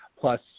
plus